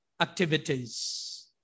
activities